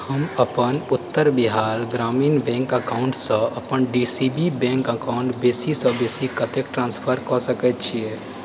हम अपन उत्तर बिहार ग्रामीण बैंक अकाउंटसँ अपन D C B bank account बेसीसँ बेसी कतेक ट्रांस्फर कऽ सकैत छी